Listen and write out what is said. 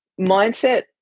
mindset